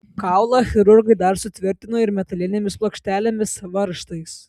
kaulą chirurgai dar sutvirtino ir metalinėmis plokštelėmis varžtais